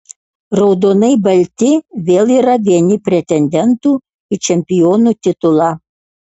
raudonai balti vėl yra vieni pretendentų į čempionų titulą